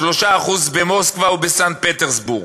3% במוסקבה ובסנט-פטרסבורג.